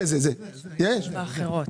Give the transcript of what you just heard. הביטוחים מופיע בסעיף "אחרות".